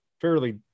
fairly